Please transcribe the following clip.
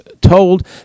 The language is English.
told